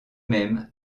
même